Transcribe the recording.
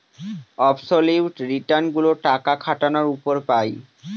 absolute return গুলো টাকা খাটানোর উপর পাই